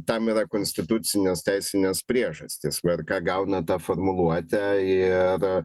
tam yra konstitucinės teisinės priežastys vrka gauna tą formuluotę ir